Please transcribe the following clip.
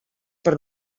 per